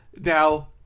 now-